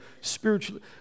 spiritually